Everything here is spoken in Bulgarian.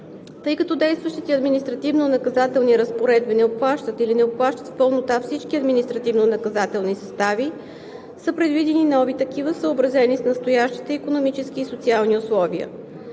Тъй като действащите административнонаказателни разпоредби не обхващат или не обхващат в пълнота всички административнонаказателни състави, са предвидени нови такива, съобразени с настоящите икономически и социални условия.